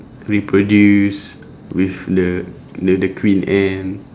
reproduce with the the the queen ant